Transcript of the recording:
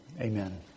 Amen